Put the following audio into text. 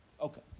Okay